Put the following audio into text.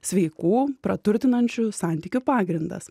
sveikų praturtinančių santykių pagrindas